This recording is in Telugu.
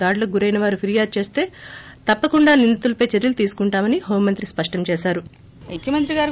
దాడులకు గురైనవారు ఫిర్యాదు చేస్తే తప్పకుండా నిందితులపై చర్యలు తీసుకుంటామని హోంమంత్రి స్పష్టం చేశారు